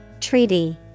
Treaty